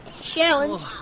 challenge